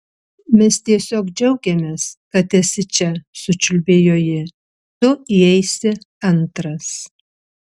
mes tiesiog džiaugiamės kad esi čia sučiulbėjo ji tu įeisi antras